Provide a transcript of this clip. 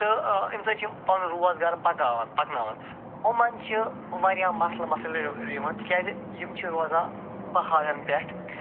تہٕ اَمہِ سۭتۍ چھِ یِم پنُن روزگار پکاوان پکناوان یِمن چھِ وارِیاہ مسلہٕ مسٲیل یِوان تِکیٛازِ یِم چھِ روزان پہاڑن پٮ۪ٹھ